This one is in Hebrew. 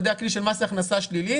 על ידי הכלי של מס הכנסה שלילי,